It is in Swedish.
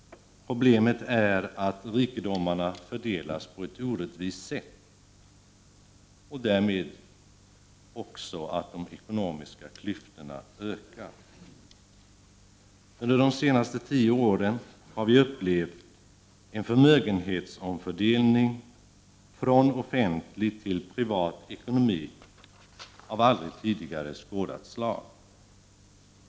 Problemet är att rikedomarna fördelas på ett orättvist sätt, och därmed ökar också de ekonomiska klyftorna. Under de senaste tio åren har vi upplevt en förmögenhetsomfördelning från offentlig till privat ekonomi av aldrig tidigare skådat slag.